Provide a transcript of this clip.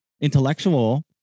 intellectual